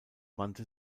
wandte